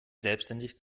selbstständig